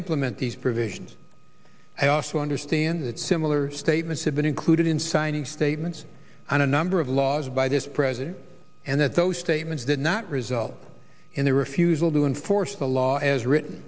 implement these provisions i also understand that similar statements have been included in signing statements on a number of laws by this president and that those statements that not result in the refusal to enforce the law as written